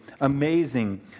amazing